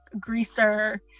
greaser